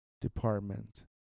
department